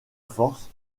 force